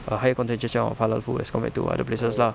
a higher concentration of halal food as compared to other places lah